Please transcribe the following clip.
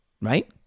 Right